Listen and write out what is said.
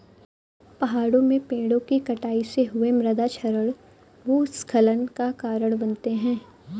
पहाड़ों में पेड़ों कि कटाई से हुए मृदा क्षरण भूस्खलन का कारण बनते हैं